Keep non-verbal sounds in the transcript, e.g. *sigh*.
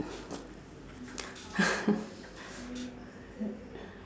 *laughs*